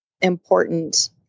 important